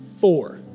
Four